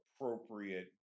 appropriate